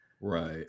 Right